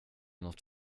nåt